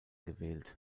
gewählt